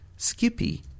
Skippy